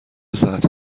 ساعتی